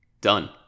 done